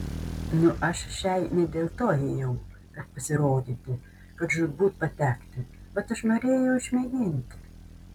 nu aš šiai ne dėl to ėjau kad pasirodyti kad žūtbūt patekti vat aš norėjau išmėginti